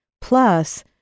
Plus